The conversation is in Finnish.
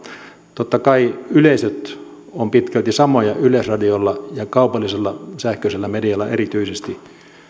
totta kai yleisöt ovat pitkälti samoja yleisradiolla ja kaupallisella sähköisellä medialla erityisesti